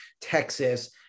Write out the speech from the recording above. Texas